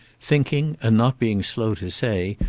thinking, and not being slow to say,